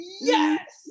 yes